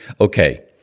Okay